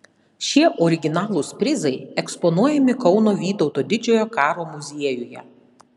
šie originalūs prizai eksponuojami kauno vytauto didžiojo karo muziejuje